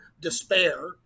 despair